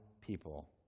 people